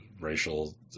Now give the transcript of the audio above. racial